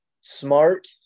smart